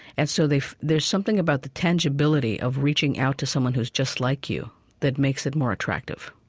and so they, there's something about the tangibility of reaching out to someone who's just like you that makes it more attractive